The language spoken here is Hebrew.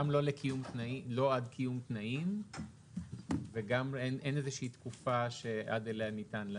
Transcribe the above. גם לא עד קיום התנאים וגם אין איזו שהיא תקופה שעד אליה ניתן להתלות.